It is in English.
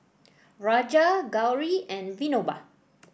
Raja Gauri and Vinoba